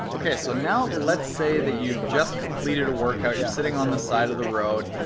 okay, so now let's say that you just completed a workout. you're sitting on the side of the road,